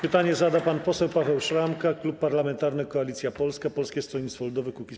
Pytanie zada pan poseł Paweł Szramka, Klub Parlamentarny Koalicja Polska - Polskie Stronnictwo Ludowe - Kukiz15.